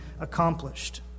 accomplished